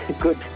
good